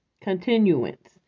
continuance